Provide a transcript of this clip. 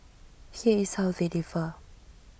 here is how they differ